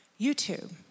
YouTube